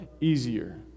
easier